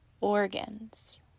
organs